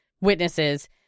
witnesses